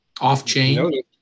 Off-chain